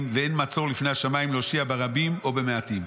ואין מצור לפני שמיים להושיע ברבים או במעטים.